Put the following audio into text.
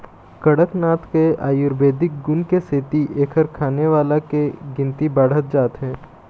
कड़कनाथ के आयुरबेदिक गुन के सेती एखर खाने वाला के गिनती बाढ़त जात हे